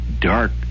dark